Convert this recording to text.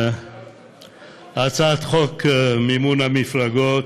חוק המפלגות